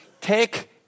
take